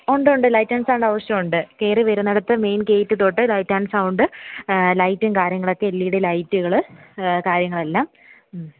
ഉണ്ട് ഉണ്ട് light and sound ആവശ്യമുണ്ട് കയറി വരുന്നിടത്ത് മെയിൻ ഗെയ്റ്റ് തൊട്ട് ലൈറ്റ് ആന്റ് സൗണ്ട് ലൈറ്റും കാര്യങ്ങളുമൊക്കെ എൽ ഇ ഡി ലൈറ്റുകൾ കാര്യങ്ങളെല്ലാം